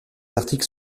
articles